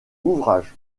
ouvrages